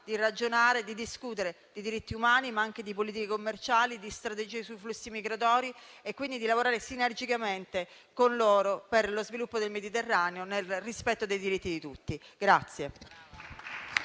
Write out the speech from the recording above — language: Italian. di ragionare e discutere di diritti umani, ma anche di politiche commerciali, di strategie sui flussi migratori e quindi lavorare sinergicamente con loro per lo sviluppo del Mediterraneo, nel rispetto dei diritti di tutti.